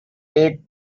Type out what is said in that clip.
picked